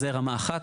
זו רמה אחת.